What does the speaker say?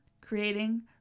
creating